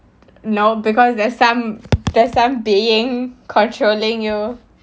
no because there's some there's some being controlling you